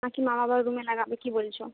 না কি মা বাবার রুমে লাগাবে কি বলছো